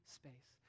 space